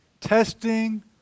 testing